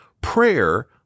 Prayer